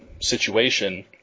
situation